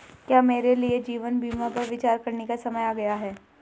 क्या मेरे लिए जीवन बीमा पर विचार करने का समय आ गया है?